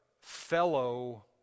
fellow